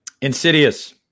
insidious